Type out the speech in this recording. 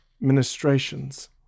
ministrations